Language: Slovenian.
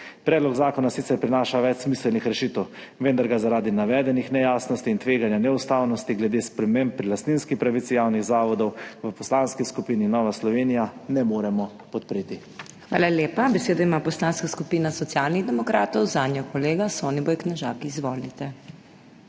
Predlog zakona sicer prinaša več smiselnih rešitev, vendar ga zaradi navedenih nejasnosti in tveganja neustavnosti glede sprememb pri lastninski pravici javnih zavodov v Poslanski skupini Nova Slovenija ne moremo podpreti. PODPREDSEDNICA MAG. MEIRA HOT: Hvala lepa. Besedo ima Poslanska skupina Socialnih demokratov, zanjo kolega Soniboj Knežak. Izvolite.